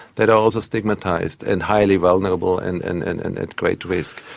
that are also stigmatised and highly vulnerable and and and and at great risk.